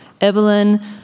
Evelyn